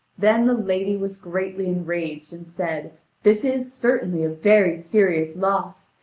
then the lady was greatly enraged, and said this is certainly a very serious loss,